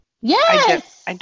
Yes